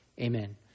amen